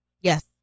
Yes